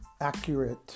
accurate